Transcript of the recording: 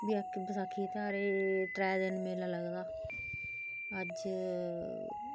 बसाखी दे ध्यारै गी त्रै दिन मेला लगदा अज्ज